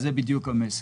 זה בדיוק המסר.